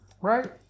right